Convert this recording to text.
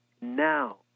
Now